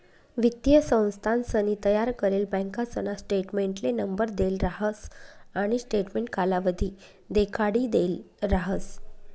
वित्तीय संस्थानसनी तयार करेल बँकासना स्टेटमेंटले नंबर देल राहस आणि स्टेटमेंट कालावधी देखाडिदेल राहस